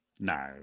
No